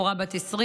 בחורה בת 20,